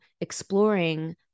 exploring